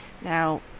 Now